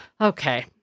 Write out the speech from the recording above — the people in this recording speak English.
Okay